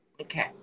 Okay